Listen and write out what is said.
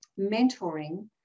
mentoring